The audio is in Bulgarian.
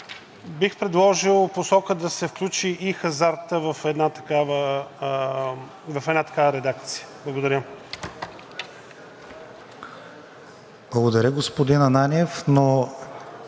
Бих предложил в тази посока да се включи и хазартът – в една такава редакция. Благодаря.